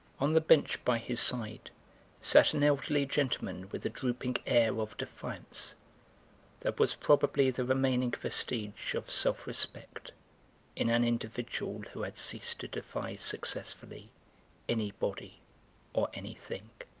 on the bench by his side sat an elderly gentleman with a drooping air of defiance that was probably the remaining vestige of self-respect in an individual who had ceased to defy successfully anybody or anything.